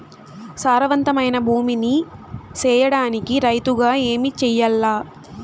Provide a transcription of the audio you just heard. సారవంతమైన భూమి నీ సేయడానికి రైతుగా ఏమి చెయల్ల?